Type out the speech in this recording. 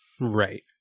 Right